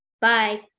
Bye